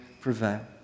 prevail